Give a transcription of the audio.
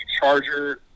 charger